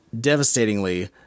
Devastatingly